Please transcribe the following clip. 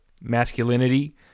masculinity